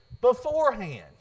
beforehand